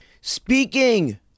Speaking